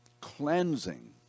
cleansing